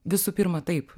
visų pirma taip